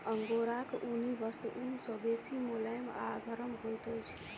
अंगोराक ऊनी वस्त्र ऊन सॅ बेसी मुलैम आ गरम होइत अछि